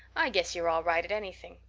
i guess you're all right at anything.